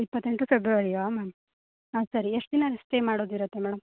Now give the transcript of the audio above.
ಇಪ್ಪತ್ತೆಂಟು ಫೆಬ್ರವರಿಯಾ ಮ್ಯಾಮ್ ಹಾಂ ಸರಿ ಎಷ್ಟು ದಿನ ಸ್ಟೇ ಮಾಡೋದಿರುತ್ತೆ ಮೇಡಮ್